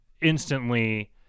instantly